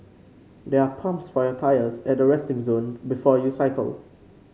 there are pumps for your tyres at the resting zone before you cycle